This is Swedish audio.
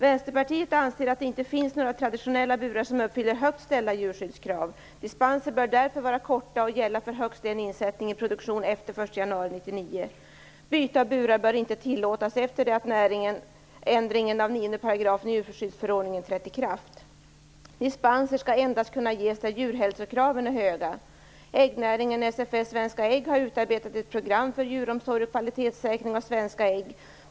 - Vänsterpartiet anser att det inte finns några traditionella burar som uppfyller högt ställda djurskyddskrav. Dispenser bör därför vara korta och gälla för högst en insättning i produktion efter 1 januari 1999. Byte av burar bör inte tillåtas efter det att ändringen av 9 § i djurskyddsförordningen trätt i kraft. Dispenser skall endast kunna ges där djurhälsokraven är höga. Äggnäringen, SFS - Svenska Ägg, har utarbetat ett program för djuromsorg och kvalitetssäkring av svenska ägg.